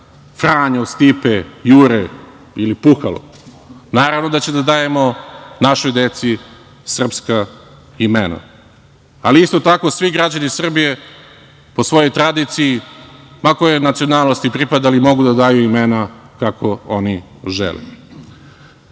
Franjo, Stipe, Jure ili Puhalo? Naravno da ćemo našoj deci da dajemo srpska imena. Isto tako, svi građani Srbije po svojoj tradiciji, ma kojoj nacionalnosti pripadali, mogu da daju imena kako oni žele.